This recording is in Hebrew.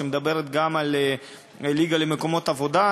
שמדברת גם על ליגה למקומות עבודה,